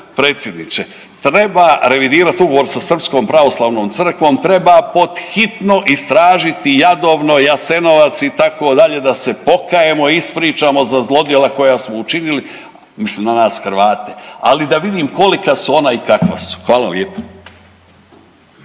predsjedniče, treba revidirati ugovor sa Srpskom pravoslavnom crkvom, treba pod hitno istražiti Jadovno, Jasenovac, itd., da se pokajemo, ispričamo za zlodjela koja smo učinili, mislim na nas Hrvate, ali da vidim kolika su ona i kakva su. Hvala lijepo.